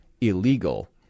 illegal